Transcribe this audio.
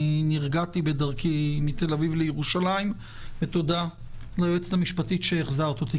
אני נרגעתי בדרכי מתל-אביב לירושלים ותודה ליועצת המשפטית שהחזרת אותי.